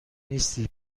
نیستی